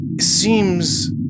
seems